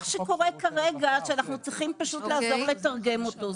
שקורה כרגע שאנחנו צריכים לעזור לתרגם אותו.